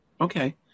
Okay